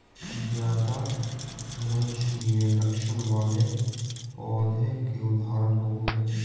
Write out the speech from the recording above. ज्यादा वांछनीय लक्षण वाले पौधों के उदाहरण होबो हइ